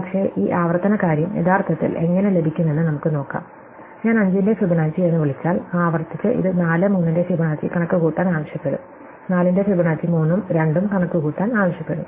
പക്ഷേ ഈ ആവർത്തന കാര്യം യഥാർത്ഥത്തിൽ എങ്ങനെ ലഭിക്കുമെന്ന് നമുക്ക് നോക്കാം ഞാൻ 5 ന്റെ ഫിബൊനാച്ചി എന്ന് വിളിച്ചാൽ ആവർത്തിച്ച് ഇത് 4 3 ന്റെ ഫിബൊനാച്ചി കണക്കുകൂട്ടാൻ ആവശ്യപ്പെടും 4 ന്റെ ഫിബൊനാച്ചി 3 ഉം 2 ഉം കണക്കുകൂട്ടാൻ ആവശ്യപ്പെടും